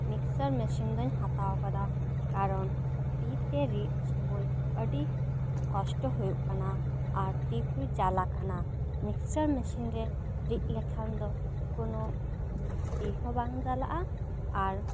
mixture machine ᱫᱚᱧ ᱦᱟᱛᱟᱣ ᱟᱠᱟᱫᱟ ᱠᱟᱨᱚᱱ ᱛᱤ ᱛᱮ ᱨᱤᱫ ᱥᱳᱢᱚᱭ ᱟ ᱰᱤ ᱠᱚᱥᱴᱚ ᱦᱩᱭᱩᱜ ᱠᱟᱱᱟ ᱟᱨ ᱛᱤ ᱠᱚ ᱡᱟᱞᱟ ᱠᱟᱱᱟ ᱢᱤᱠᱥᱪᱟᱨ ᱢᱮᱥᱤᱱ ᱨᱮ ᱨᱤᱫ ᱞᱮᱠᱷᱟᱱ ᱫᱚ ᱠᱳᱱᱳ ᱛᱤ ᱦᱚᱸ ᱵᱟᱝ ᱡᱟᱞᱟᱜᱼᱟ ᱟᱨ